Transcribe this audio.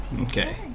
Okay